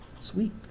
sweet